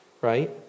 right